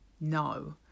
no